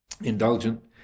indulgent